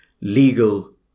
legal